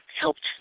helped